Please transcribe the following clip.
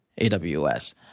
AWS